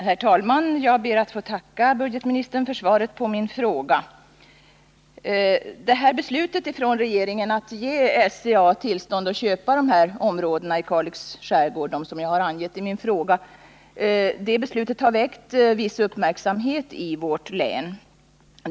Herr talman! Jag ber att få tacka budgetministern för svaret. Beslutet från regeringen att ge SCA tillstånd att köpa de områden i Kalix skärgård som jag har tagit upp i min fråga har väckt viss uppmärksamhet i vårt län.